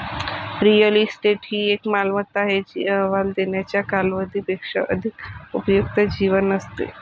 real estate ही एक मालमत्ता आहे जी अहवाल देण्याच्या कालावधी पेक्षा अधिक उपयुक्त जीवन असते